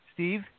Steve